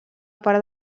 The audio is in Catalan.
part